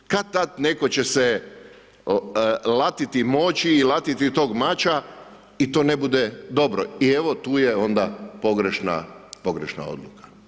Kad-tad netko će se latiti moći i latiti tog mača i to ne bude dobro i evo, tu je onda pogrešna odluka.